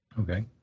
Okay